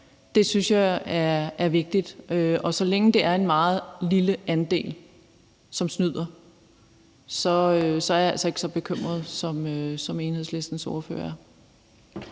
Det synes jeg er vigtigt. Og så længe det er en meget lille andel, som snyder, er jeg altså ikke så bekymret, som Enhedslistens ordfører